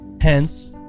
hence